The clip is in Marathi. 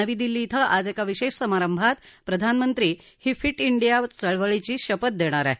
नवी दिल्ली इथं आज एका विशेष समारंभात प्रधानमंत्री ही फि इंडिया चळवळीसाठीची शपथ देणार आहेत